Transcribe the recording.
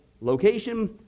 location